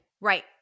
Right